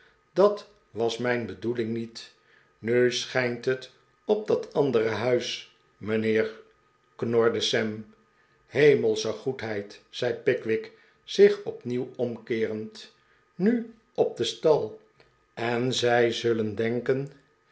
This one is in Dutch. dat was mijn bedoeling niet nu schijnt het op dat andere huis mijnheer knorde sam hemelsche goedheid zei pickwick zich opnieuw omkeerend nu op den stal en zij zullen denken